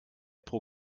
pro